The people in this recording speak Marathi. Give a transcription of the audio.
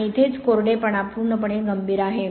आणि इथेच कोरडेपणा पूर्णपणे गंभीर आहे